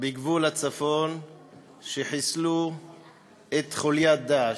בגבול הצפון שחיסלו את חוליית "דאעש".